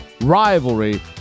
rivalry